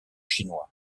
chinois